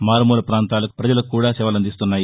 మారుమూల పాంతాల ప్రజలకు కూడా సేవలు అందిస్తున్నాయి